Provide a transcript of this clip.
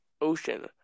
ocean